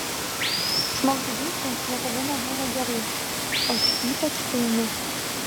žmogžudystės niekada nebūna gerai o ši ypač paini